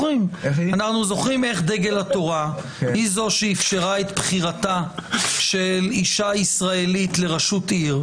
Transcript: זו שאפשרה את בחירתה של אישה ישראלית לראשות עיר,